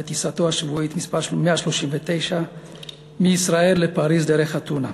בטיסתו השבועית מס' 139 מישראל לפריז דרך אתונה.